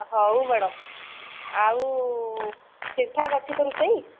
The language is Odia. ହଉ ମ୍ୟାଡମ୍ ଆଉ ଠିକ ଠାକ୍ ଅଛି ତ ରୋଷେଇ